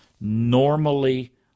normally